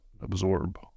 absorb